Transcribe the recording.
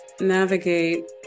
navigate